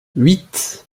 huit